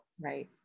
Right